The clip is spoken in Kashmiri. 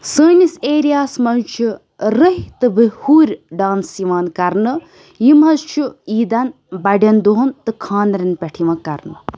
سٲنِس ایریاہَس منٛز چھِ رٔہۍ تہٕ بہٕ ہُرۍ ڈانٕس یِوان کَرنہٕ یِم حظ چھُ عیٖدَن بَڑٮ۪ن دۄہَن تہٕ خاندرَن پٮ۪ٹھ یِوان کَرنہٕ